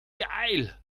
geil